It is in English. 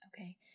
Okay